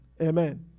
Amen